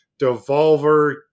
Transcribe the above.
Devolver